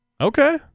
Okay